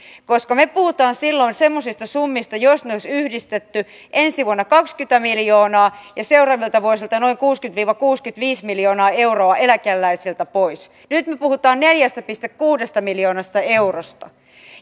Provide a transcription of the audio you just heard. koska me puhumme silloin semmoisista summista jos ne olisi yhdistetty että ensi vuonna kaksikymmentä miljoonaa ja seuraavilta vuosilta noin kuusikymmentä viiva kuusikymmentäviisi miljoonaa euroa eläkeläisiltä pois nyt me puhumme neljästä pilkku kuudesta miljoonasta eurosta